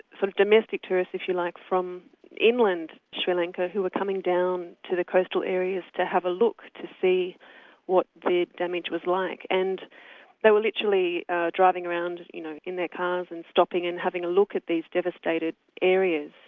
some domestic tourists if you like, from inland sri lanka who were coming down to the coastal areas to have a look to see what the damage was like, and they were literally driving around you know in their cars and stopping and having a look at these devastated areas,